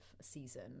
season